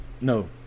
No